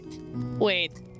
Wait